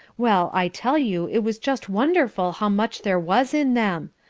well, i tell you it was just wonderful how much there was in them.